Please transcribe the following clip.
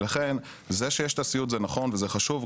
לכן זה שיש הסיעוד זה נכון וזה חשוב,